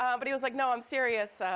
um but he was, like, no, i'm serious.